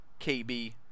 KB